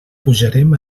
pujarem